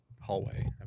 Hallway